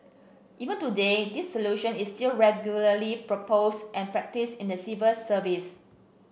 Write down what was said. even today this solution is still regularly proposed and practised in the civil service